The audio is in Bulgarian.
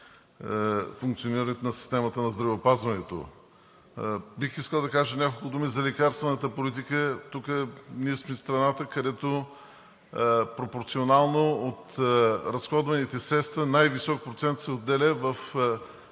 на системата на здравеопазването. Бих искал да кажа няколко думи за лекарствената политика. Ние сме страната, където пропорционално от разходваните средства най-висок процент се отделя в